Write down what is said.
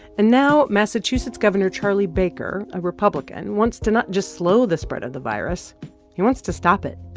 and now massachusetts governor charlie baker, a republican, wants to not just slow the spread of the virus he wants to stop it.